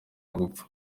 gupfa